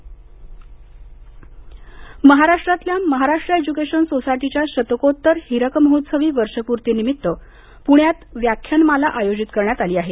व्याख्यानमाला महाराष्ट्रातल्या महाराष्ट्र एज्यूकेशन सोसायटीच्या शतकोत्तर हीरकमहोत्सवी वर्षपूर्ती निमित्त पुण्यात व्याख्यानमाला आयोजित करण्यात आली आहे